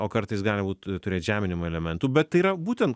o kartais gali būt turėt žeminimo elementų bet tai yra būtent